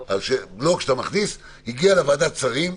כשאתה מכניס: הגיע לוועדת שרים,